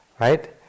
right